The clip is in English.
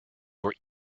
were